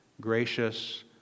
gracious